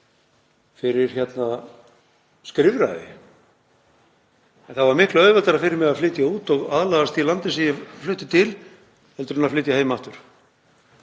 fyrir skrifræði, þá var miklu auðveldara fyrir mig að flytja út og aðlagast því landi sem ég flutti til heldur en að flytja heim aftur.